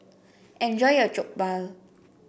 enjoy your Jokbal